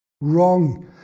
Wrong